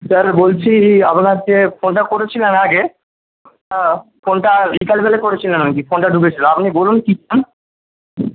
sir বলছি আপনাকে ফোনটা করেছিলাম আগে ফোনটা বিকালবেলা করেছিলাম আর কি ফোনটা ঢুকেছিল আপনি বলুন কিছু